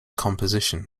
composition